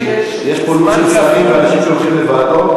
כי יש פה לו"ז של שרים ואנשים שהולכים לוועדות,